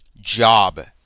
job